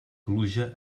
pluja